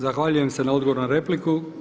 Zahvaljujem se na odgovoru na repliku.